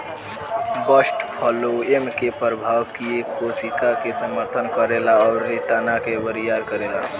bast phloem के प्रवाह किये कोशिका के समर्थन करेला अउरी तना के बरियार करेला